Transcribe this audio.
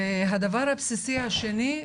הדבר הבסיסי השני,